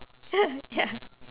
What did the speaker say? ya